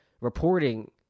reporting